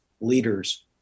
leaders